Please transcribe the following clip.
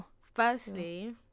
firstly